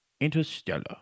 Interstellar